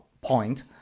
point